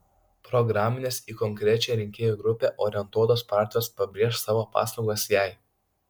programinės į konkrečią rinkėjų grupę orientuotos partijos pabrėš savo paslaugas jai